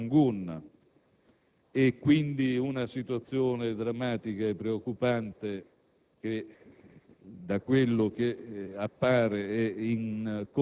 svolgere in quest'Aula. La situazione è in costante evoluzione: notizie di agenzia